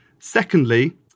Secondly